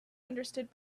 understood